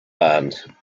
band